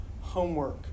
homework